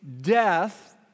death